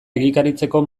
egikaritzeko